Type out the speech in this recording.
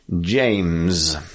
James